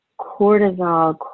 cortisol